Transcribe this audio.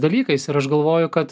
dalykais ir aš galvoju kad